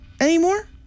anymore